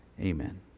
amen